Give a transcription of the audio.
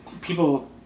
People